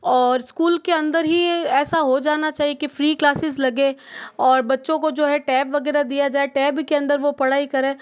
और स्कूल के अंदर ही ऐसा हो जाना चाहिए कि फ़्री क्लासेस लगे और बच्चों को जो है टैब वगैरा दिया जाए टैब के अंदर वह पढ़ाई करें तो